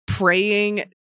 praying